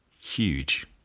huge